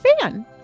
fan